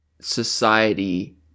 society